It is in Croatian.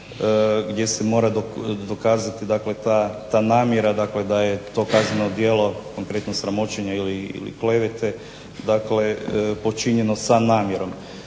gdje se mora dokazati da ta namjera da je to kazneno djelo konkretno sramoćenje ili klevete, dakle počinjeno sa namjerom.